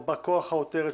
או בא כוח העותרת,